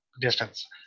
distance